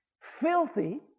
filthy